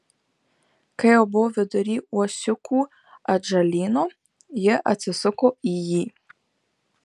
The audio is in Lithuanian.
kai jau buvo vidury uosiukų atžalyno ji atsisuko į jį